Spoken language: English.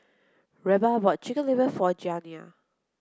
Reba bought chicken liver for Janiah